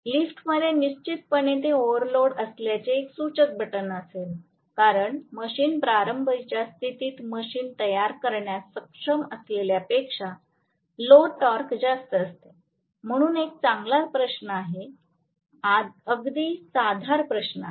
लिफ्टमध्ये निश्चितपणे ते ओव्हरलोड असल्याचे एक सूचक बटण असेल कारण मशीन प्रारंभीच्या स्थितीत मशीन तयार करण्यास सक्षम असलेल्यांपेक्षा लोड टॉर्क जास्त असते म्हणून हा एक चांगला प्रश्न आहे अगदी साधार प्रश्न आहे